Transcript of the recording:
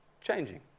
changing